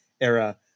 era